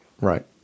Right